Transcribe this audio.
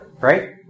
right